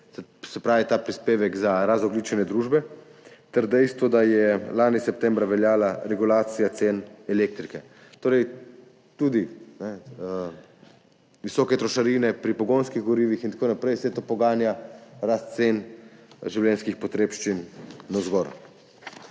se pravi ta prispevek za razogljičenje družbe, ter dejstvo, da je lani septembra veljala regulacija cen elektrike, tudi visoke trošarine pri pogonskih gorivih in tako naprej. Vse to poganja rast cen življenjskih potrebščin navzgor.